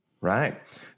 Right